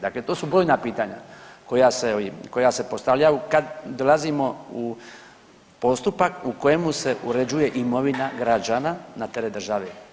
Dakle, to su brojna pitanja koja se postavljaju kad dolazimo u postupak u kojemu se uređuje imovina građana na teret države.